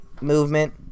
movement